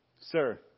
sir